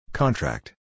Contract